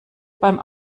beim